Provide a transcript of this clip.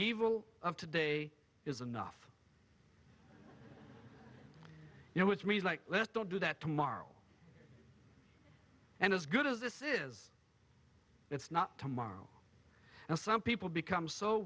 evil of today is enough you know which means like let's don't do that tomorrow and as good as this is it's not tomorrow and some people become so